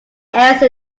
else